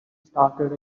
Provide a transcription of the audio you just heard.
started